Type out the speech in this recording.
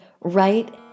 right